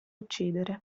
uccidere